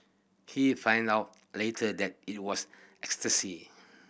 he find out later that it was ecstasy